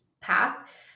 path